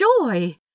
joy